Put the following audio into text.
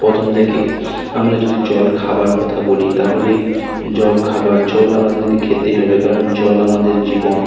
প্রথম থেকে আমরা যদি জল খাওয়ার কথা বলি তাহলে জল খাওয়ার জল আমাদেরকে খেতেই হবে কারণ জল আমাদের জীবন